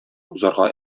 узарга